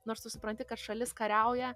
nors tu supranti kad šalis kariauja